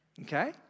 Okay